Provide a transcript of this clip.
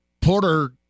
Porter